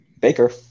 Baker